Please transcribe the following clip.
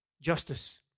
justice